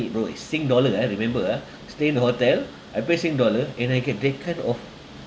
eh bro it's sing dollar ah remember ah stay in the hotel I pay sing~ dollar and I get that kind of